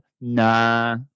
Nah